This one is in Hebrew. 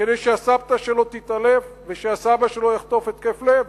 כדי שהסבתא שלו תתעלף ושהסבא שלו יחטוף התקף לב?